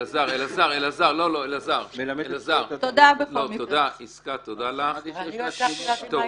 אני לא הצלחתי להבין מה היא רוצה.